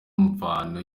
mvano